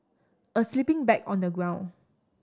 a sleeping bag on the ground